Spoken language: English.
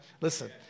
Listen